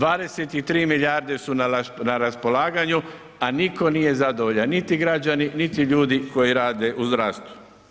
23 milijarde su na raspolaganju, a nitko nije zadovoljan niti građani, niti ljudi koji rade u zdravstvu.